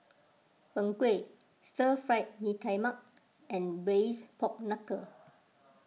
Png Kueh Stir Fry Mee Tai Mak and Braised Pork Knuckle